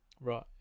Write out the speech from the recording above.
Right